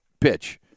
pitch